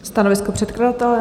Stanovisko předkladatele?